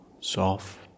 soft